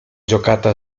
giocata